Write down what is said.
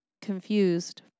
confused